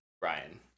Brian